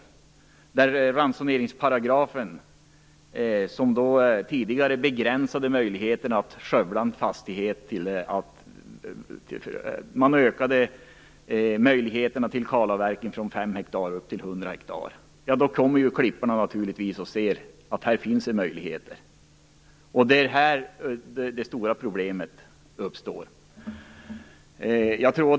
Genom en ändring av ransoneringsparagrafen, som tidigare begränsade möjligheten att skövla en fastighet, har man ökat möjligheterna till kalavverkningar som nu får omfatta upp till 100 hektar i stället för som tidigare 5 hektar. Då kommer naturligtvis klipparna och ser att här finns det möjligheter. Det är här som det stora problemet uppstår.